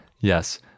yes